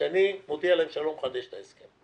שאני מודיע להם שאני לא מחדש את ההסכם.